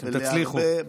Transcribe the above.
תצליחו.